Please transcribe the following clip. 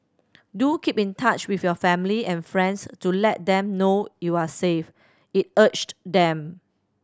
do keep in touch with your family and friends to let them know you are safe it urged them